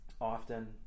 often